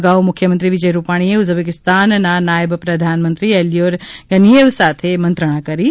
અગાઉ મુખ્યમંત્રી વિજય રૂપાણીએ ઉઝબેકીસ્તાનના નાયબ પ્રધાનમંત્રી એલ્યોર ગનીયેવ સાથે આજે મંત્રણા કરી છે